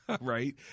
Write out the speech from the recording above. right